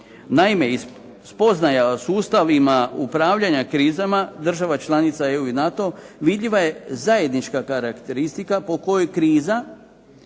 Naime, iz spoznaja o sustavima upravljanja krizama država članica EU i NATO, vidljiva je zajednička karakteristika po kojoj kriza